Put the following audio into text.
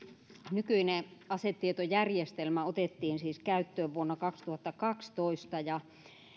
nykyinen asetietojärjestelmä otettiin siis käyttöön vuonna kaksituhattakaksitoista ja